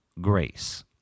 grace